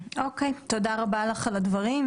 שגם הוא סם מסוכן כמו האחרים,